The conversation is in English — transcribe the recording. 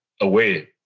away